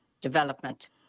development